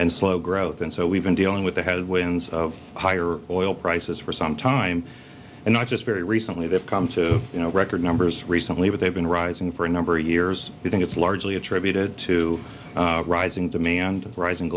and slow growth and so we've been dealing with the headwinds of higher oil prices for some time and not just very recently they've come to you know record numbers recently but they've been rising for a number of years i think it's largely attributed to rising demand rising